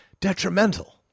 detrimental